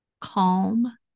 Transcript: calm